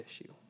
issue